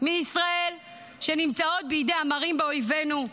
מישראל שנמצאות בידי המרים באויבינו.